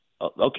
Okay